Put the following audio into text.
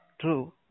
true